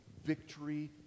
victory